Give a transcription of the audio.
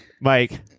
Mike